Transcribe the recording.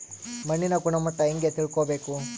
ಮಣ್ಣಿನ ಗುಣಮಟ್ಟ ಹೆಂಗೆ ತಿಳ್ಕೊಬೇಕು?